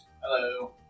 Hello